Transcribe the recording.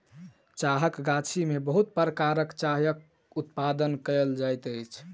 चाहक गाछी में बहुत प्रकारक चायक उत्पादन कयल जाइत अछि